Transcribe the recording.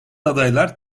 adaylar